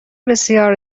بسیار